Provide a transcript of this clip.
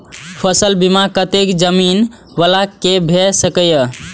फसल बीमा कतेक जमीन वाला के भ सकेया?